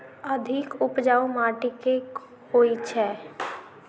अधिक उपजाउ माटि केँ होइ छै?